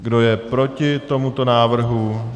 Kdo je proti tomuto návrhu?